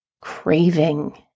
craving